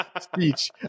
speech